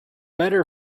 better